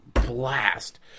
blast